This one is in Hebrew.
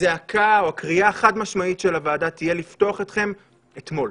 הזעקה או הקריאה החד משמעית של הוועדה תהיה לפתוח אתכם - אתמול.